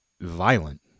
violent